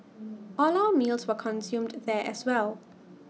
all our meals were consumed there as well